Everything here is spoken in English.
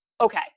Okay